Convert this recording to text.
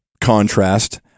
contrast